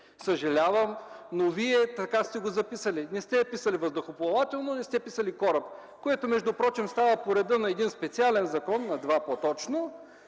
Съжалявам, но Вие така сте го записали – не сте писали въздухоплавателно, не сте писали кораб. Това между впрочем става по реда на два специални закона, съвсем по